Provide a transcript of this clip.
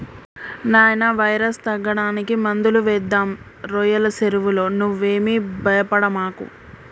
నాయినా వైరస్ తగ్గడానికి మందులు వేద్దాం రోయ్యల సెరువులో నువ్వేమీ భయపడమాకు